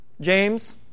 James